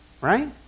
Right